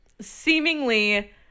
seemingly